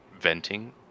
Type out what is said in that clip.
venting